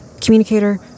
Communicator